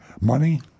money